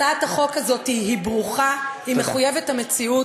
הצעת החוק הזאת היא ברוכה, היא מחויבת המציאות.